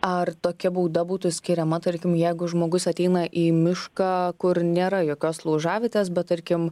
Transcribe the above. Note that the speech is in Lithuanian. ar tokia bauda būtų skiriama tarkim jeigu žmogus ateina į mišką kur nėra jokios laužavietės bet tarkim